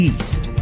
East